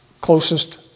closest